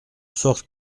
sorte